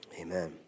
Amen